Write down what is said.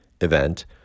event